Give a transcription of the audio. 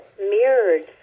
mirrored